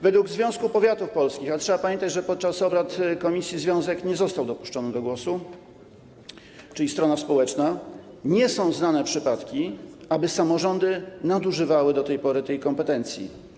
Według Związku Powiatów Polskich - ale trzeba pamiętać, że podczas obrad komisji związek nie został dopuszczony do głosu, czyli strona społeczna - nie są znane przypadki, aby samorządy nadużywały do tej pory tej kompetencji.